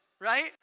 right